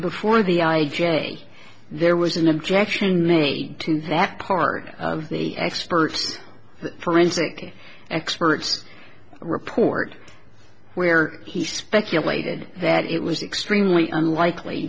before the i j a there was an objection made to that part of the experts forensic experts report where he speculated that it was extremely unlikely